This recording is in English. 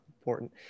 important